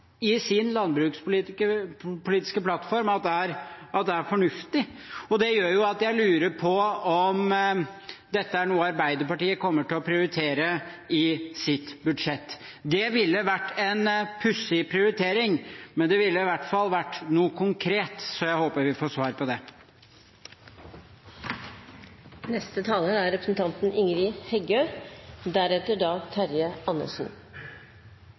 i sin landbrukspolitiske plattform at er fornuftig, og det gjør at jeg lurer på om dette er noe Arbeiderpartiet kommer til å prioritere i sitt budsjett. Det ville vært en pussig prioritering, men det ville i hvert fall vært noe konkret. Så jeg håper vi får svar på det. Eg vil seia litt om reindriftsavtalen. Reinkjøt er